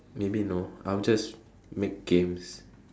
maybe no I will just make games